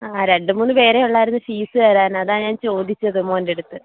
ആ രണ്ട് മൂന്ന് പേരെ ഉള്ളായിരുന്നു ഫീസ്സ് തരാൻ അതാണ് ഞാൻ ചോദിച്ചത് മോൻ്റെ അടുത്ത്